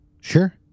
Sure